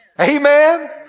Amen